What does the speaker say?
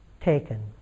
taken